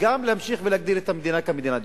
וגם להמשיך ולהגדיר את המדינה כמדינה דמוקרטית.